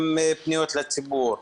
עם פניות הציבור.